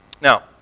Now